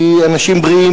כי אנשים בריאים,